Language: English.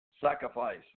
sacrifice